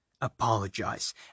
Apologize